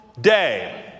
day